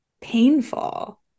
painful